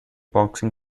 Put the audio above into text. boxing